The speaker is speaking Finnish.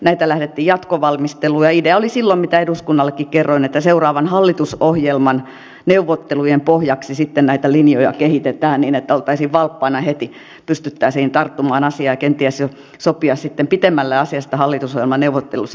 näitä lähdettiin jatkovalmistelemaan ja idea oli silloin mitä eduskunnallekin kerroin että seuraavan hallitusohjelman neuvottelujen pohjaksi sitten näitä linjoja kehitetään niin että oltaisiin valppaana heti pystyttäisiin tarttumaan asiaan ja kenties sopimaan sitten pitemmälle asiasta hallitusohjelmaneuvotteluissa